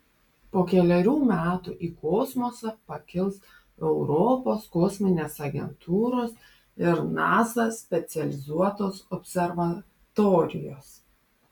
po kelerių metų į kosmosą pakils europos kosminės agentūros ir nasa specializuotos observatorijos